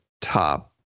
top